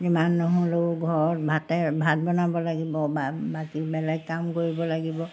যিমান নহ'লেও ঘৰত ভাতে ভাত বনাব লাগিব বাকী বেলেগ কাম কৰিব লাগিব